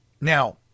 Now